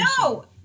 No